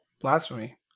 blasphemy